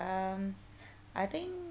um I think